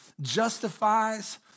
justifies